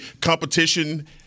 competition